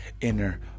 inner